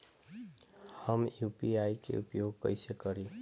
हम यू.पी.आई के उपयोग कइसे करी?